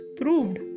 proved